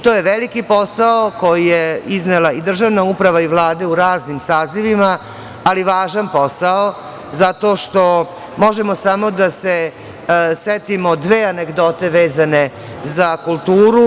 To je veliki posao koji je iznela i državna uprava i vlade u raznim sazivima, ali važan posao zato što možemo samo da se setimo dve anegdote vezane za kulturu.